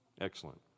Excellent